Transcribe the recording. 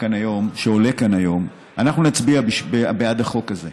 שעולה כאן היום, אנחנו נצביע בעד החוק הזה,